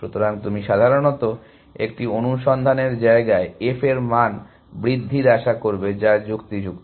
সুতরাং তুমি সাধারণত একটি অনুসন্ধানের জায়গায় f এর মান বৃদ্ধির আশা করবে যা যুক্তিযুক্ত